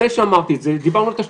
אחרי שאמרתי את זה, דיברנו על תשתית.